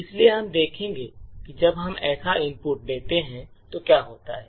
इसलिए हम देखेंगे कि जब हम ऐसा इनपुट देते हैं तो क्या होता है